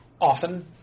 often